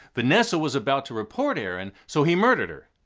vanessa was about to report aaron. so he murdered her.